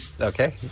Okay